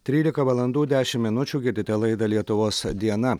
trylika valandų dešim minučių girdite laidą lietuvos diena